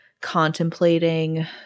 contemplating